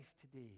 today